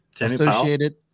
associated